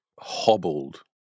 Hobbled